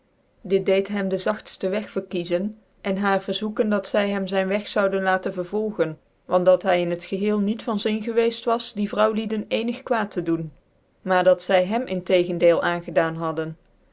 dit deed hem dc zagtfte weg verkiezen en haar verzoeken dat zy hem zyn weg zouden laten vervolgen want dat hy in het geheel niet van zyn gewceft was die vrouliedcn ecnig kwaat tc doen nvur dat zy hem in tegendeel aangedaan haiden